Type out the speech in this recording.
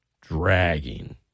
dragging